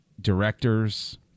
directors